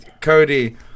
Cody